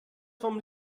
von